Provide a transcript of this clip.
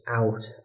out